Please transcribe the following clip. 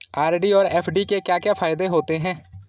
RD और FD के क्या क्या फायदे होते हैं?